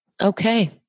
Okay